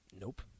Nope